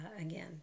again